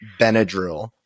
Benadryl